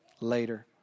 later